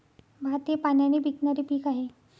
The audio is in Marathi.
भात हे पाण्याने पिकणारे पीक आहे